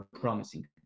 promising